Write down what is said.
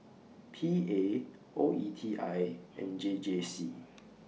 P A O E T I and J J C